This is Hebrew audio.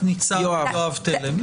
תת-ניצב יואב תלם.